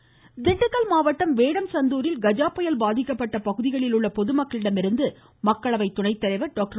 தம்பிதுரை திண்டுக்கல் மாவட்டம் வேடசந்தூரில் கஜா புயல் பாதிக்கப்பட்ட பகுதிகளில் உள்ள பொதுமக்களிடமிருந்து மக்களவை துணைத்தலைவர் டாக்டர்